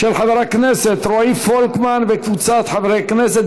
של חבר הכנסת רועי פולקמן וקבוצת חברי הכנסת,